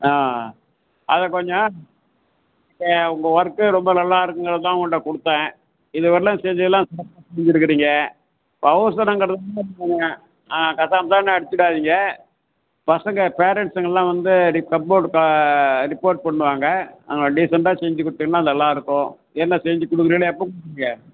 ஆ அதை கொஞ்சம் ஆ உங்கள் ஒர்க்கு ரொம்ப நல்லா இருக்குதுன்தா உங்கள்ட கொடுத்தன் இது வரைலிம் செஞ்சதுலாம் சிறப்பா செஞ்சுருக்கிங்க அவசறோங்கிறதனால ஆ கசாமுசான்னு அடுச்சுடாதிங்க பசங்க பேரன்ட்ஸ்ங்லாம் வந்து ரிப்போட் ஆ ரிப்போட் பண்ணுவாங்க அ டீசண்ட்டாக செஞ்சு கொடுத்தீங்கன்னா நல்லாயிருக்கும் என்ன செஞ்சு கொடுக்குறிங்க எப்போ கொடுப்பிங்க